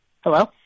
hello